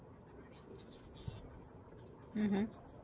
mmhmm